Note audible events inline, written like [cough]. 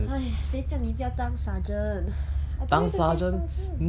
!aiya! 谁叫你不要当 sergeant [breath] I told you to be a sergeant